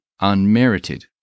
Unmerited